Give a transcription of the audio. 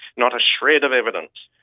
not a shred of evidence.